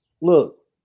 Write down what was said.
Look